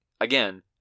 again